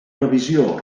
revisió